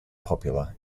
popular